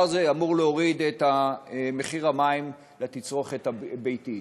זה אמור להוריד בעיקר את מחיר המים לתצרוכת הביתית.